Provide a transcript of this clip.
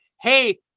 Hey